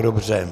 Dobře.